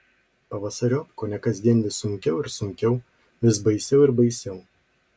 pavasariop kone kasdien vis sunkiau ir sunkiau vis baisiau ir baisiau